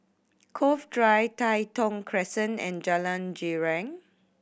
Cove Drive Tai Thong Crescent and Jalan Girang